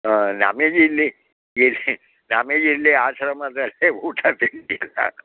ಹಾಂ ನಮಿಗೆ ಇಲ್ಲಿ ನಮಿಗೆ ಇಲ್ಲಿ ಆಶ್ರಮದಲ್ಲಿ ಊಟ ಸಿಕ್ತಿಲ್ಲ